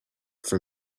for